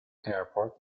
airport